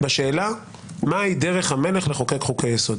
בשאלה מהי דרך המלך לחוקק חוקי-יסוד.